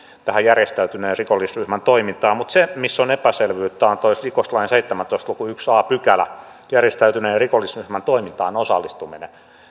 tästä järjestäytyneen rikollisryhmän toiminnasta ovat aika selkeitä mutta se missä on epäselvyyttä on tuo rikoslain seitsemäntoista luvun ensimmäinen a pykälä järjestäytyneen rikollisryhmän toimintaan osallistuminen